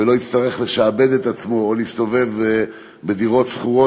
ולא יצטרך לשעבד את עצמו או להסתובב בדירות שכורות